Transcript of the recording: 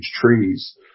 trees